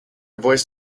voice